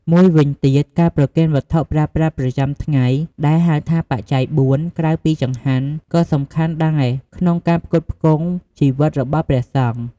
មួយវិញទៀត ការប្រគេនវត្ថុប្រើប្រាស់ប្រចាំថ្ងៃ ដែលហៅថា បច្ច័យបួន ក្រៅពីចង្ហាន់ ក៍សំខាន់ដែលក្នុងការផ្គត់ផ្គង់ជីវិតរបស់ព្រះសង្ឃ។